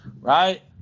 right